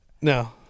No